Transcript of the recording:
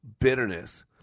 bitterness